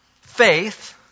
faith